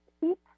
keep